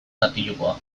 katilukoa